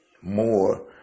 more